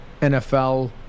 NFL